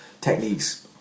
Techniques